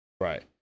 Right